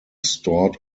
stored